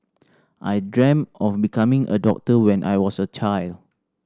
I dream of becoming a doctor when I was a child